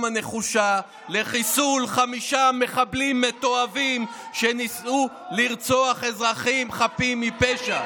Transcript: הנחושה לחיסול חמישה מחבלים מתועבים שניסו לרצוח אזרחים חפים מפשע.